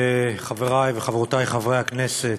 חברי וחברותי חברי הכנסת,